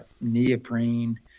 neoprene